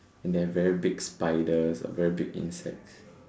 and there are very big spiders and very big insects